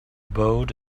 boat